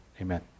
Amen